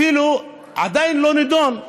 זה אפילו עדיין לא נדון.